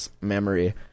memory